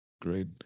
great